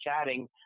chatting